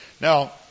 Now